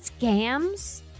Scams